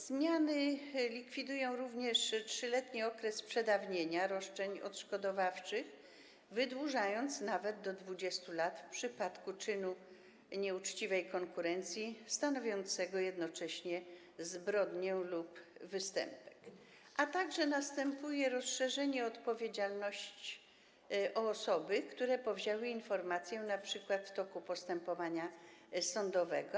Zmiany likwidują również 3-letni okres przedawnienia roszczeń odszkodowawczych, wydłużając go nawet do 20 lat w przypadku czynu nieuczciwej konkurencji stanowiącego jednocześnie zbrodnię lub występek, a także następuje rozszerzenie odpowiedzialności o osoby, które powzięły informację np. w toku postępowania sądowego.